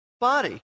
body